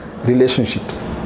relationships